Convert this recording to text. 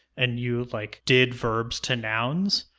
and you, like, did verbs to nouns,